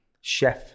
chef